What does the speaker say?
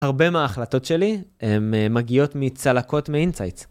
הרבה מההחלטות שלי, הם אה... מגיעות מצלקות מ-insights.